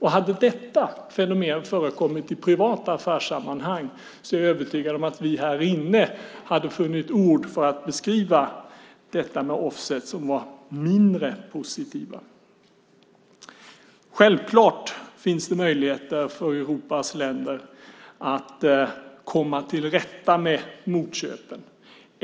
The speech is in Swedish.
Hade detta fenomen förekommit i privata affärssammanhang är jag övertygad om att vi här inne hade funnit ord som var mindre positiva för att beskriva offset . Självklart finns det möjligheter för Europas länder att komma till rätta med motköpen.